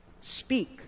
Speak